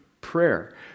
Prayer